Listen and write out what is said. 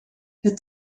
het